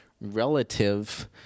relative